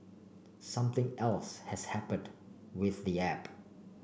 something else has happened with the app